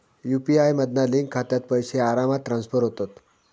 UPI मधना link खात्यात पैशे आरामात ट्रांसफर होतत